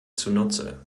zunutze